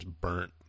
burnt